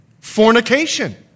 fornication